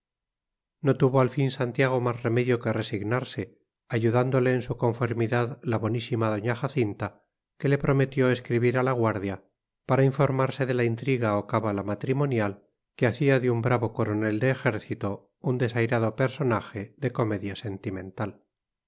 no tuvo al fin santiago más remedio que resignarse ayudándole en su conformidad la bonísima doña jacinta que le prometió escribir a la guardia para informarse de la intriga o cábala matrimonial que hacía de un bravo coronel de ejército un desairado personaje de comedia sentimental